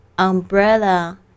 Umbrella